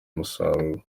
umusaruro